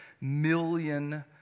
million